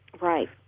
Right